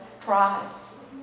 tribes